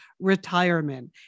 retirement